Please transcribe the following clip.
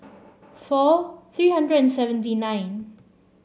four three hundred and seventy nine